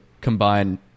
combine